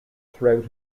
throughout